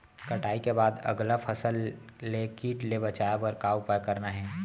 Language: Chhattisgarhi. कटाई के बाद अगला फसल ले किट ले बचाए बर का उपाय करना हे?